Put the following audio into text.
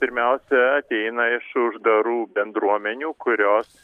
pirmiausia ateina iš uždarų bendruomenių kurios